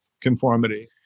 conformity